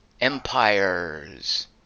Empires